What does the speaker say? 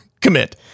commit